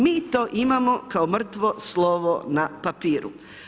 Mi to imamo kao mrtvo slovo na papiru.